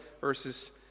verses